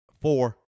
Four